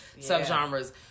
subgenres